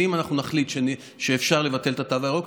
אם אנחנו נחליט שאפשר לבטל את התו הירוק,